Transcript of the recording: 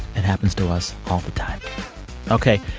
it happens to us all the time ok,